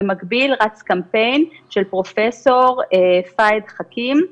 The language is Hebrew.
במקביל רץ קמפיין של פרופ' פהד חכים.